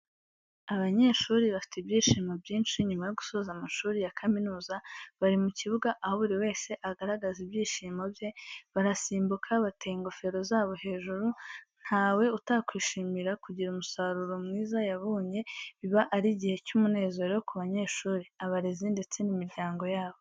Abanyeshuri bafite ibyishimo byinshi nyuma yo gusoza amashuri ya kaminuza bari mu kibuga aho buri wese agaragaza ibyishimo bye, barasimbuka bateye ingofero zabo hejuru, ntawe utakwishimira kugira umusaruro mwiza yabonye biba ari igihe cy'umunezero ku banyeshuri, abarezi ndetse n'imiryango yabo.